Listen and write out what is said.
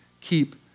keep